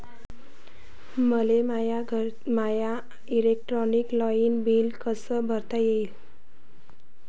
मले my electric light bill कस भरता येईल?